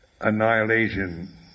Annihilation